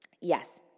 Yes